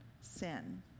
sin